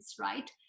right